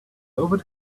over